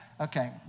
Okay